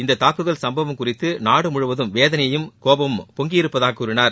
இந்தத் தாக்குதல் சும்பவம் குறித்து நாடு முழுவதும் வேதனையும் கோபமும் பொங்கியிருப்பதாக கூறினார்